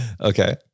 Okay